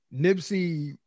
Nipsey